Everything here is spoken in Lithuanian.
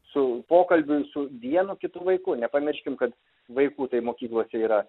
su pokalbiui su vienu kitu vaiku nepamirškim kad vaikų tai mokyklose yra